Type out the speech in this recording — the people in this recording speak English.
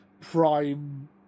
Prime